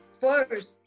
first